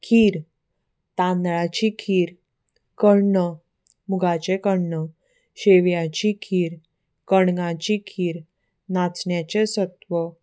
खीर तांदळाची खीर कण्ण मुगाचें कण्ण शेव्याची खीर कणगाची खीर नाचण्याचें सत्व